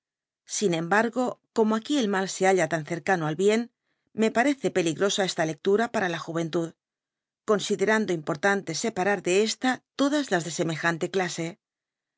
sin embargo cmno aquí el mal se halla tan cercano al bien me parece peligrosa esta lectura paxa la juventud considerando importante separar de esta todas las de semejante dase